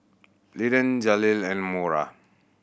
Linden Jaleel and Mora